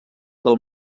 del